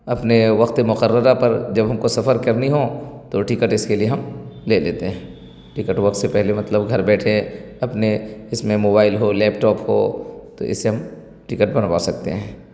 اپنے وقت مقررہ پر جب ہم کو سفر کرنی ہوں تو ٹکٹ اس کے لیے ہم لے لیتے ہیں ٹکٹ وقت سے پہلے مطلب گھر بیٹھے اپنے اس میں موبائل ہو لیپ ٹاپ ہو تو اسے ہم ٹکٹ بنوا سکتے ہیں